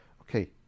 okay